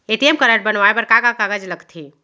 ATM card बनवाये बर का का कागज लगथे?